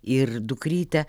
ir dukrytę